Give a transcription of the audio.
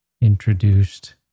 introduced